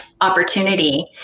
opportunity